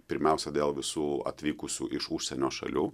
pirmiausia dėl visų atvykusių iš užsienio šalių